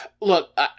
look